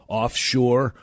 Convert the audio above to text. offshore